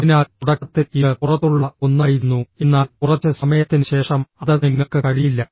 അതിനാൽ തുടക്കത്തിൽ ഇത് പുറത്തുള്ള ഒന്നായിരുന്നു എന്നാൽ കുറച്ച് സമയത്തിന് ശേഷം അത് നിങ്ങൾക്ക് കഴിയില്ല